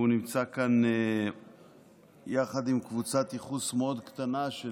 הוא נמצא כאן יחד עם קבוצת ייחוס מאוד קטנה של